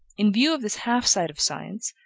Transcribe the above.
in view of this half-sight of science,